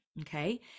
okay